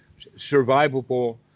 survivable